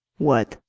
what,